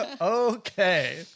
Okay